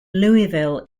louisville